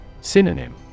Synonym